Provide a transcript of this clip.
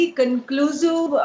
conclusive